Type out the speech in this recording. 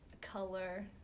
color